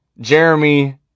Jeremy